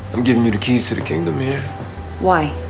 i'm giving you the keys to the kingdom here why?